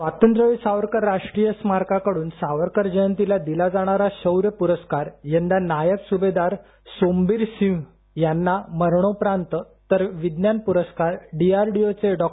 स्वातंत्र्यवीर सावरकर राष्ट्रीय स्मारकाकडून सावरकर जयंतीला दिला जाणारा शौर्य पुरस्कार यंदा नायब सुभेदार सोमबीर सिंह यांना मरणोप्रांत तर विज्ञान पुरस्कार डीआरडीओचे डॉ